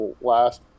last